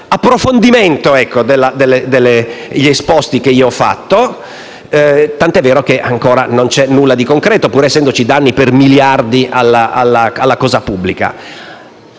approfondimento anche degli esposti, tant'è vero che ancora non c'è nulla di concreto, pur essendoci danni per miliardi alla cosa pubblica.